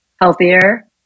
healthier